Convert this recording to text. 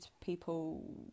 people